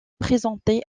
présenter